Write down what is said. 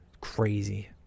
Crazy